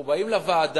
אנחנו באים לוועדה,